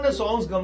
songs